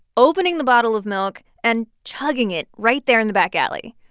opening the bottle of milk and chugging it right there in the back alley.